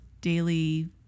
daily